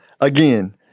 Again